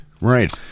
right